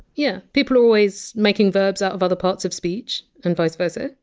yeah. people are always making verbs out of other parts of speech and vice versa.